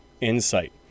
insight